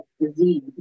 disease